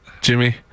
Jimmy